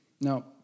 Now